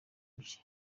ibye